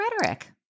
rhetoric